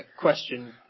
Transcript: question